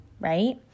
right